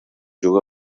juga